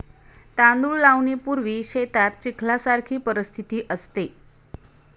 तांदूळ लावणीपूर्वी शेतात चिखलासारखी परिस्थिती असते